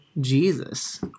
Jesus